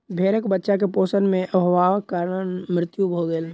भेड़क बच्चा के पोषण में अभावक कारण मृत्यु भ गेल